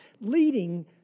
leading